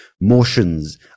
motions